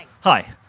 Hi